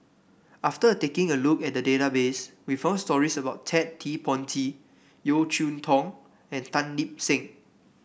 after taking a look at the database we found stories about Ted De Ponti Yeo Cheow Tong and Tan Lip Seng